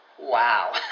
Wow